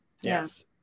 yes